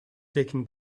taking